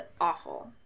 awful